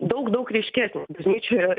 daug daug ryškesnė bažnyčioje